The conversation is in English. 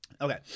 Okay